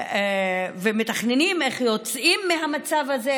ומתכננים איך יוצאים מהמצב הזה.